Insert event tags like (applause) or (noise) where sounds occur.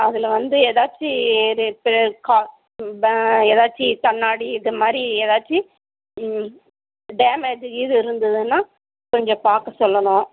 அதில் வந்து எதாச்சு ரிப்பேர் (unintelligible) எதாச்சு கண்ணாடி இதுமாதிரி எதாச்சு ம் டேமேஜ் கீது இருந்ததுன்னா கொஞ்சம் பார்க்க சொல்லணும்